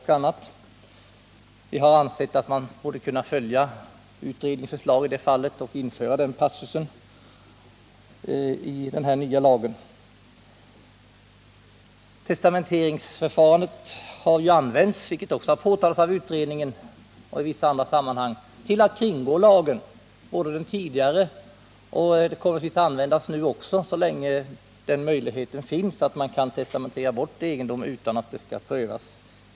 Vi har dock ansett att man bör följa jordförvärvsutredningen i det fallet och införa denna passus i den nya lagen. Testamenteringsförfarandet har — vilket också har påtalats av utredningen och i vissa andra sammanhang — använts till att kringgå den tidigare lagen, och det kommer naturligtvis att användas så länge det finns möjlighet att testamentera bort egendom utan prövning enligt lag.